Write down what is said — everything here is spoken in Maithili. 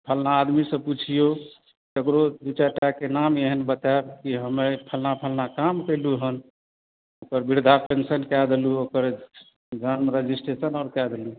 फलना आदमीसँ पुछि लियौ ककरो दू चारिटाके नाम एहन बतायब कि हमे फलना फलना काम केलहुँ हेँ ओकर वृद्धापेन्शन कए देलहुँ ओकर गाममे रजिस्ट्रेशन आर कए देलहुँ